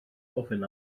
ofyn